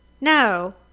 No